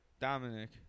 Dominic